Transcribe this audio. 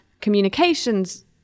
communications